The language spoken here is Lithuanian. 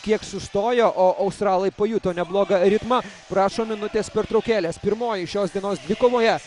kiek sustojo o australai pajuto neblogą ritmą prašo minutės pertraukėlės pirmoji šios dienos dvikovoje